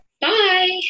bye